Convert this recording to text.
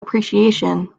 appreciation